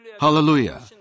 Hallelujah